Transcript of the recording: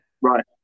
Right